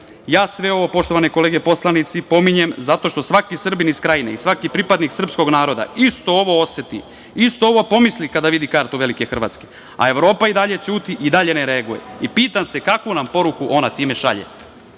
države. Poštovane kolege poslanici, ja sve ovo pominjem zato što svaki Srbin iz Krajine i svaki pripadnik srpskog naroda isto ovo oseti, isto ovo pomisli kada vidi kartu velike Hrvatske, a Evropa i dalje ćuti i dalje ne reaguje i pitam se kakvu nam poruku ona time